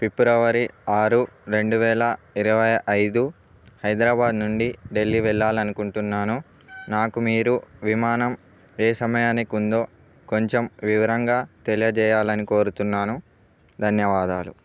ఫిబ్రవరి ఆరు రెండు వేల ఇరవై ఐదు హైదరాబాద్ నుండి ఢిల్లీ వెళ్ళాలనుకుంటున్నాను నాకు మీరు విమానం ఏ సమయానికి ఉందో కొంచెం వివరంగా తెలియజేయాలని కోరుతున్నాను ధన్యవాదాలు